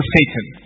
Satan